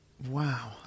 Wow